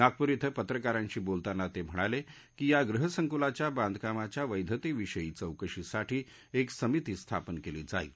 नागपूर यध्वपित्रकारांशी बोलताना तर्म्हिणालक्री या गृहसंकुलाच्या बांधकामाच्या वैधत विषयी चौकशीसाठी एक समिती स्थापन कली जाईल